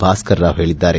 ಭಾಸ್ಕರ್ ರಾವ್ ಹೇಳಿದ್ದಾರೆ